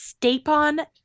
Stapon